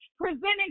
presenting